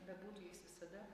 bebūtų jis visada